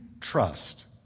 trust